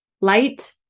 light